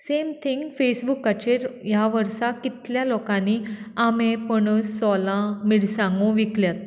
same thing फेसबुकाचेर ह्या वर्सा कितल्या लोकांनी आंबे पणस सोलां मिरसांगो विकल्यात